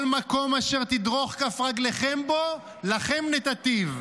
"כל מקום אשר תדרֹך כף רגלכם בו לכם נתתיו,